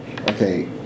Okay